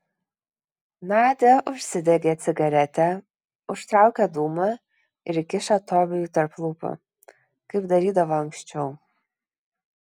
nadia užsidegė cigaretę užtraukė dūmą ir įkišo tobijui tarp lūpų kaip darydavo anksčiau